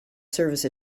service